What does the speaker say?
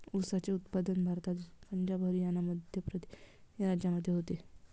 ऊसाचे उत्पादन भारतातील पंजाब हरियाणा मध्य प्रदेश या राज्यांमध्ये होते